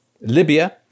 Libya